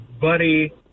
Buddy